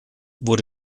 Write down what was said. wurde